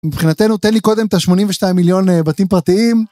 מבחינתנו תן לי קודם את השמונים ושניים מיליון בתים פרטיים.